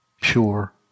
pure